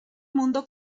mundo